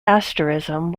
asterism